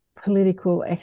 Political